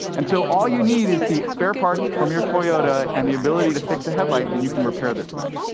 and so all you need is the spare parts from your toyota and the ability to fix a headlight, and you can repair this thing.